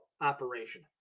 operation